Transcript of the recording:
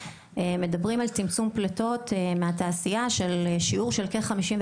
מדברים על צמצום פליטות מהתעשייה בשיעור של כ- 54%,